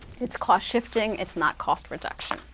it's cost shifting. it's not cost reduction,